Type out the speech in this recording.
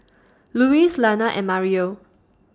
Louise Lana and Mario